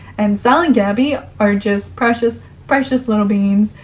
and sal and gabi are just, precious precious little beans.